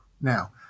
Now